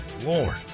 Lord